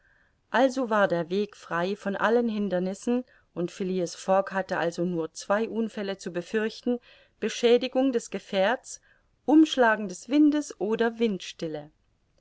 also war der weg frei von allen hindernissen und phileas fogg hatte also nur zwei unfälle zu fürchten beschädigung des gefährtes umschlagen des windes oder